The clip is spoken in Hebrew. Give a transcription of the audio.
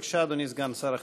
בבקשה, אדוני סגן שר החינוך.